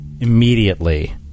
Immediately